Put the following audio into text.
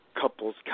couples